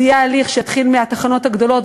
זה יהיה הליך שיתחיל בתחנות הגדולות,